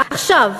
עכשיו,